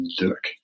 look